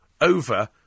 over